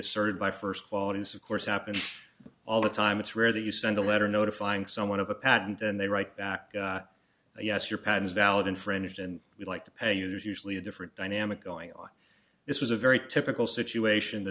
asserted by first quality is of course happens all the time it's rare that you send a letter notifying someone of a patent and they write back yes your patents valid infringed and we'd like to pay you there's usually a different dynamic going on this was a very typical situation the